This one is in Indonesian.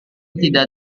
tidak